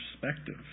perspective